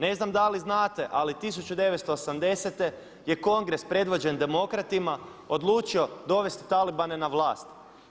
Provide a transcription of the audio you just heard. Ne znam da li znate ali 1980. je kongres predvođen demokratima odlučio dovesti talibane na vlast.